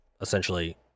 essentially